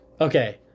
Okay